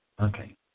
Okay